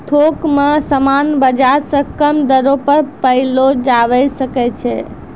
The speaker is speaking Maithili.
थोक मे समान बाजार से कम दरो पर पयलो जावै सकै छै